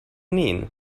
mean